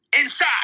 Inside